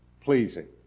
Pleasing